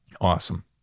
awesome